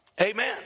Amen